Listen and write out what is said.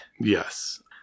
Yes